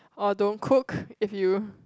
or don't cook if you